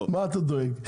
מה אתה דואג?